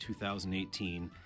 2018